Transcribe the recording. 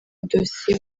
dosiye